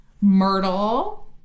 Myrtle